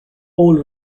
old